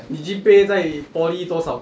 你 G_P_A 在 poly 多少